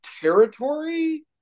territory